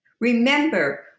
remember